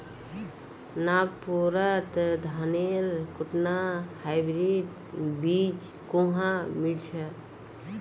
नागपुरत धानेर कुनटा हाइब्रिड बीज कुहा मिल छ